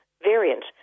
variant